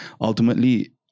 ultimately